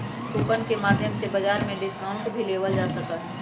coupon के माध्यम से बाजार में डिस्काउंट भी लेबल जा सका हई